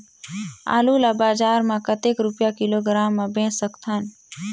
आलू ला बजार मां कतेक रुपिया किलोग्राम म बेच सकथन?